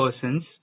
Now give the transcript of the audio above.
persons